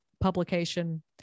publication